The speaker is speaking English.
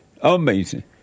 Amazing